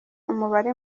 umubare